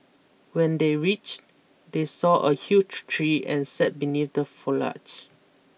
when they reached they saw a huge tree and sat beneath the foliage